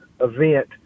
event